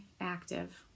active